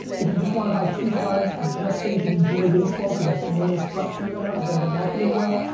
if you just wanna buy two cards just so you can enjoy baseball cause it's boring as fuck for you now cause they haven't marketed well,